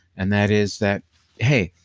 and that is that hey,